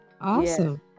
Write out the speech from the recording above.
Awesome